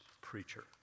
preacher